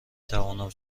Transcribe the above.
توانم